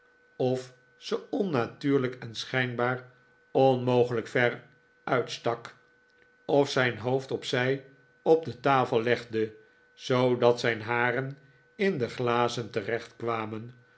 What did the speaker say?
of ze onnatuurlijk en schijnbaar onmogelijk ver uitstak of zijn hoofd op zij op de tafel legde zoodat zijn haren in de glazen terecht kwamen